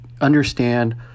understand